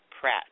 Pratt